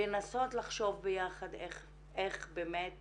לנסות לחשוב ביחד איך באמת